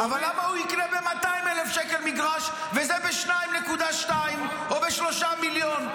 אבל למה הוא יקנה ב-200,000 שקל מגרש וזה ב-2.2 או ב-3 מיליון?